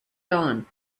dawn